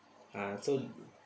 ah so